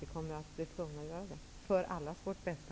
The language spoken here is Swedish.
Vi kommer att bli tvungna att göra det för allas vårt bästa.